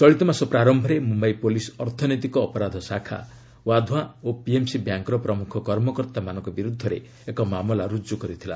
ଚଳିତମାସ ପ୍ରାରମ୍ଭରେ ମୁମ୍ବାଇ ପୋଲିସ୍ ଅର୍ଥନୈତିକ ଅପରାଧ ଶାଖା ୱାଧୱାଁ ଓ ପିଏମ୍ସି ବ୍ୟାଙ୍କର ପ୍ରମୁଖ କର୍ମକର୍ତ୍ତାମାନଙ୍କ ବିରୁଦ୍ଧରେ ଏକ ମାମଲା ରୁଜୁ କରିଥିଲା